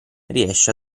riesce